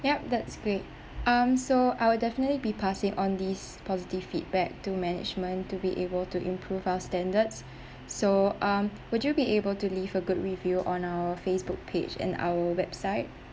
yup that's great um so I will definitely be passing on this positive feedback to management to be able to improve our standards so um would you be able to leave a good review on our Facebook page and our website